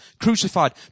crucified